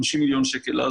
50 מיליון שקל,